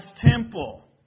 temple